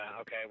okay